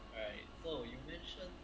so you mention